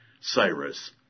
Cyrus